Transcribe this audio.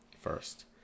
first